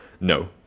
No